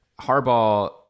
Harbaugh